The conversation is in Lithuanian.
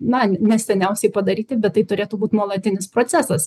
na neseniausiai padaryti bet tai turėtų būt nuolatinis procesas